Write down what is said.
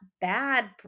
bad